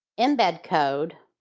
embed code